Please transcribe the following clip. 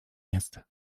мест